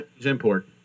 import